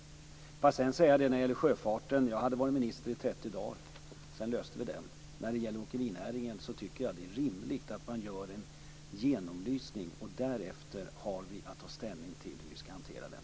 Låt mig sedan säga en annan sak när det gäller sjöfarten. Jag hade varit minister i 30 dagar när vi löste detta. Jag tycker att det är rimligt att man gör en genomlysning av åkerinäringen. Därefter har vi att ta ställning till hur vi skall hantera den.